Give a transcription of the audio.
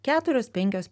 keturios penkios